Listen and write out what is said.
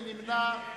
מי נמנע?